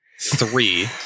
Three